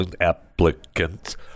applicants